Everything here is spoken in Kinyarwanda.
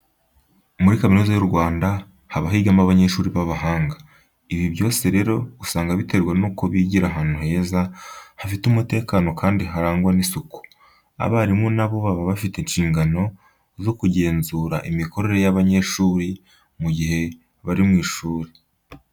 Muri Kaminuza y' U Rwanda haba higamo abanyeshuri b'abahanga. Ibi byose rero usanga biterwa nuko bigira ahantu heza, hafite umutekano kandi harangwa n'isuku. Abarimu na bo baba bafite inshingano zo kugenzura imikorere y'abanyeshuri mu gihe bari mu ishuri.